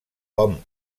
com